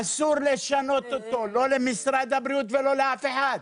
אסור לשנות אותו, לא למשרד הבריאות ולא לאף אחד.